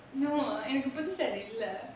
no எனக்கு புது:enakku puthu saree இல்ல:illa